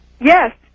Yes